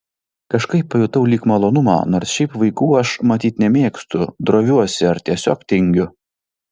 kažkaip pajutau lyg malonumą nors šiaip vaikų aš matyt nemėgstu droviuosi ar tiesiog tingiu